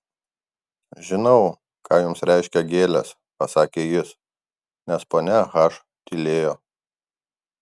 žinau ką jums reiškia gėlės pasakė jis nes ponia h tylėjo